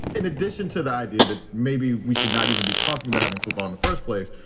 in addition to the idea that maybe we should not even be talking about having football in the first place,